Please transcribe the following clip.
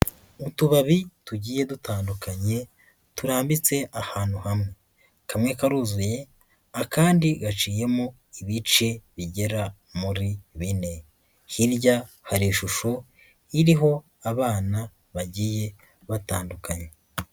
Utubabi tugiye dutandukanye turambitse ahantu hamwe, kamwe karuzuye akandi gacinyemo ibice bigera muri bine, hirya hari ishusho iriho abana bagiye batandukanye.